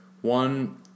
One